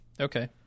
Okay